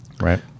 Right